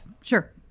Sure